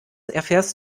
erfährst